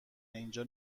اینجا